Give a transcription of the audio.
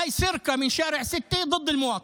זו גנבה של כביש 6, נגד האזרח.